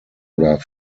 oder